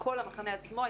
כל המחנה עצמו,